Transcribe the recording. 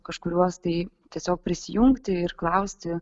kažkuriuos tai tiesiog prisijungti ir klausti